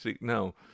no